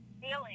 feeling